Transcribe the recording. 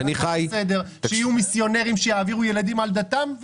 שיהיו מיסיונרים שיעבירו ילדים על דתם,